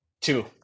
Two